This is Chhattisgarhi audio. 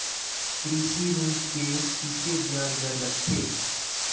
कृषि ऋण के किसे ब्याज दर लगथे?